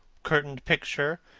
curtained picture,